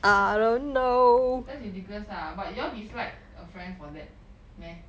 that's ridiculous ah but you dislike a friend for that meh